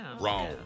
Wrong